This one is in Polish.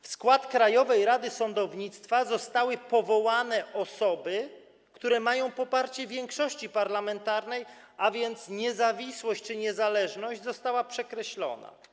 W skład Krajowej Rady Sądownictwa zostały powołane osoby, które mają poparcie większości parlamentarnej, a więc niezawisłość czy niezależność zostały przekreślone.